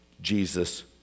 Jesus